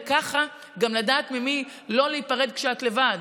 וככה גם לדעת ממי לא להיפרד כשאת לבד.